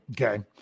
Okay